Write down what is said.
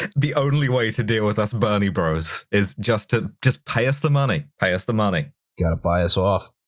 the only way to deal with us berniebros is just to, just pay us the money. pay us the money. justin gotta buy us off.